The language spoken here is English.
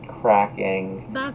cracking